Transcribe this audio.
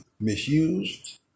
misused